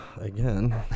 again